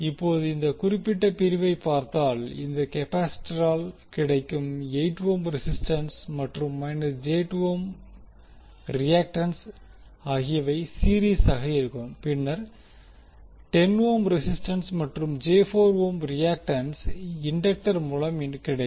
இப்போது இந்த குறிப்பிட்ட பிரிவை பார்த்தால் இந்த கெபாசிட்டரால் கிடைக்கும் 8 ஓம் ரெசிஸ்டன்ஸ் மற்றும் ஓம் ரியாக்டன்ஸ் ஆகியவை சீரிஸாக இருக்கும் பின்னர் 10 ஓம் ரெசிஸ்டன்ஸ் மற்றும் ஓம் ரியாக்டன்ஸ் இண்டக்டர் மூலம் கிடைக்கும்